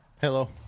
hello